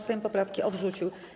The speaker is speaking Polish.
Sejm poprawki odrzucił.